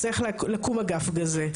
אז צריך לקום אגף כזה.